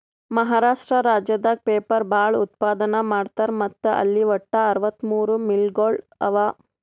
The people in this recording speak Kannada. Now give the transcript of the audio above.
ಮಹಾರಾಷ್ಟ್ರ ರಾಜ್ಯದಾಗ್ ಪೇಪರ್ ಭಾಳ್ ಉತ್ಪಾದನ್ ಮಾಡ್ತರ್ ಮತ್ತ್ ಅಲ್ಲಿ ವಟ್ಟ್ ಅರವತ್ತಮೂರ್ ಮಿಲ್ಗೊಳ್ ಅವಾ